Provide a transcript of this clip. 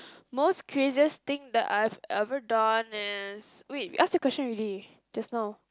most craziest thing that I've ever done is wait you ask that question already just now